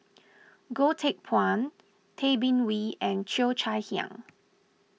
Goh Teck Phuan Tay Bin Wee and Cheo Chai Hiang